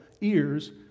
ears